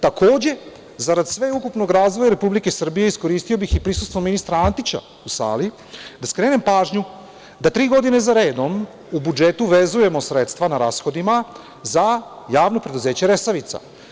Takođe, zarad sveukupnog razvoja Republike Srbije, iskoristio bih i prisustvo ministra Antića u sali da skrenem pažnju da tri godine za redom u budžetu vezujemo sredstva na rashodima za JP „Resavica“